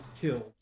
killed